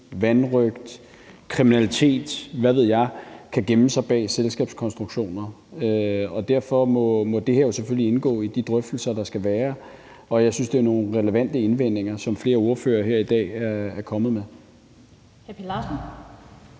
vanrøgt, kriminalitet, og hvad ved jeg, kan gemme sig bag selskabskonstruktioner. Derfor må det her jo selvfølgelig indgå i de drøftelser, der skal være, og jeg synes, at det er nogle relevante indvendinger, som flere ordførere her i dag er kommet med. Kl. 18:00 Den